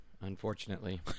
Unfortunately